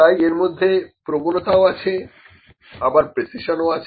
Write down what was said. তাই এর মধ্যে প্রবণতাও আছে আবার প্রেসিশন ও আছে